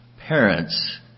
parents